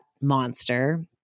monster